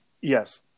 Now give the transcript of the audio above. Yes